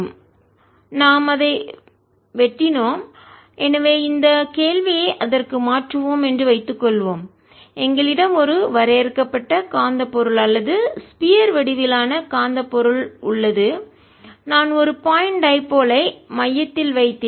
Minduced∝ B நாம் அதை வெட்டினோம் எனவே இந்த கேள்வியை அதற்கு மாற்றுவோம் என்று வைத்துக்கொள்வோம் எங்களிடம் ஒரு வரையறுக்கப்பட்ட காந்த பொருள் அல்லது ஸ்பியர் வடிவிலான காந்தப் பொருள் உள்ளது நான் ஒரு பாயிண்ட் டைபோல் ஐ புள்ளி இரு முனை மையத்தில் வைத்தேன்